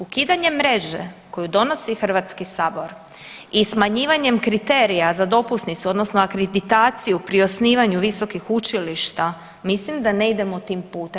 Ukidanje mreže koju donosi Hrvatski sabor i smanjivanjem kriterija za dopusnicu odnosno akreditaciju pri osnivanju visokih učilišta mislim da ne idemo tim putem.